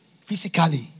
physically